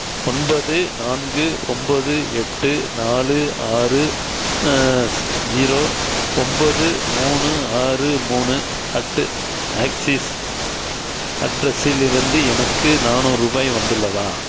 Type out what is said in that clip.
ஒன்பது நான்கு ஒன்பது எட்டு நாலு ஆறு ஜீரோ ஒம்பது மூணு ஆறு மூணு அட் ஆக்ஸிஸ் அட்ரஸிலிருந்து எனக்கு நானூறு ரூபாய் வந்துள்ளதா